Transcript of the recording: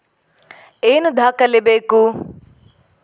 ಏನು ದಾಖಲೆ ಬೇಕು?